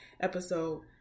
episode